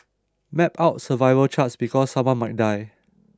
map out survival charts because someone might die